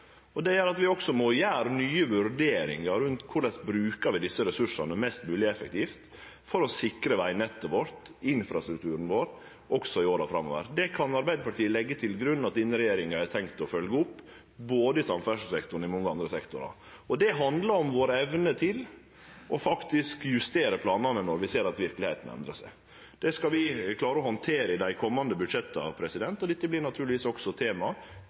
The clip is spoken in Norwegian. sikre. Det gjer at vi må gjere nye vurderingar av korleis vi brukar desse ressursane mest mogleg effektivt for å sikre vegnettet vårt, infrastrukturen vår, også i åra framover. Det kan Arbeidarpartiet leggje til grunn at denne regjeringa har tenkt å følgje opp både i samferdselssektoren og i mange andre sektorar. Det handlar om evna vår til faktisk å justere planane når vi ser at verkelegheita endrar seg. Det skal vi klare å handtere i dei komande budsjetta, og dette vert naturlegvis også eit tema